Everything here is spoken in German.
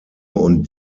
und